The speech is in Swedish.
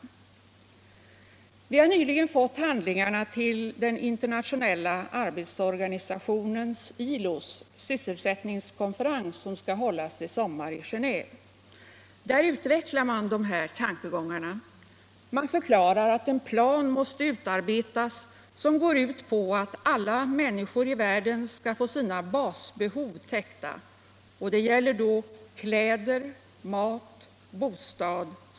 Nyligen har vi fått handlingarna till Internationella arbetsorganisationens, ILO:s. svsselsättningskonferens som skall hållas i sommar i Genéve. Där utvecklas dessa tankegångar. Man förklarar att en plan måste utarbetas, som går ut på att alla människor i världen skall få sina basbehov täckta. Med det menas tillgång på t.ex. kläder. mat, bostad.